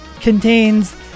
contains